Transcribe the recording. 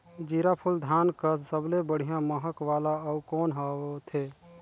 जीराफुल धान कस सबले बढ़िया महक वाला अउ कोन होथै?